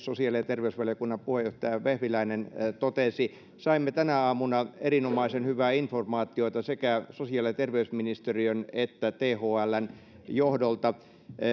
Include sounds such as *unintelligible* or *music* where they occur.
*unintelligible* sosiaali ja terveysvaliokunnan puheenjohtaja vehviläinen totesi saimme tänä aamuna erinomaisen hyvää informaatiota sekä sosiaali ja terveysministeriön että thln johdolta